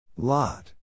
Lot